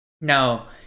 now